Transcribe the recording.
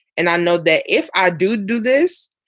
and i know that if i do do this,